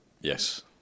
Yes